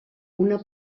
una